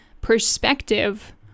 perspective